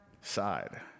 side